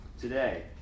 today